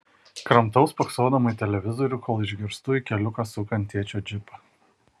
kramtau spoksodama į televizorių kol išgirstu į keliuką sukant tėčio džipą